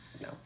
no